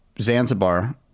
Zanzibar